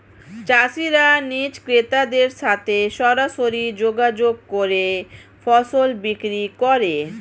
চাষিরা নিজে ক্রেতাদের সাথে সরাসরি যোগাযোগ করে ফসল বিক্রি করে